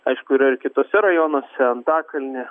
aišku yra ir kituose rajonuose antakalny